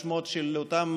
אני רוצה להמשיך, אדוני.